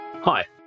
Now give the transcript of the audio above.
Hi